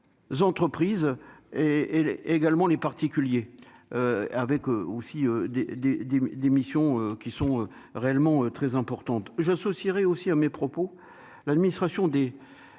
et et le et également les particuliers, avec aussi des, des, des, des missions qui sont réellement très importantes j'associerai aussi à mes propos, l'administration des